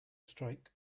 strike